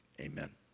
amen